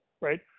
Right